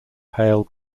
pale